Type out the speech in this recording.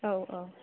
औ औ